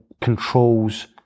controls